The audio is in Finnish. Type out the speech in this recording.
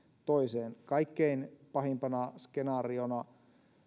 toiseen kaikkein pahimpana skenaariona